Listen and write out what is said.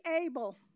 able